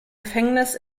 gefängnis